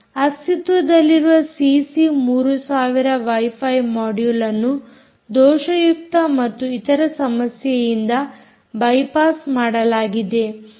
ಅಸ್ತಿತ್ವದಲ್ಲಿರುವ CC 3000 WiFi module ಅನ್ನು ದೋಷಯುಕ್ತ ಮತ್ತು ಇತರ ಸಮಸ್ಯೆಯಿಂದ ಬೈಪಾಸ್ ಮಾಡಲಾಗಿದೆ